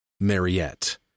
Mariette